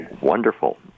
Wonderful